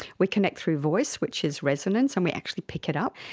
we connect through voice, which is resonance and we actually pick it up.